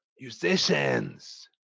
musicians